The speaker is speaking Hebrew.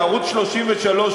שבערוץ 33,